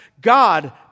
God